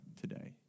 today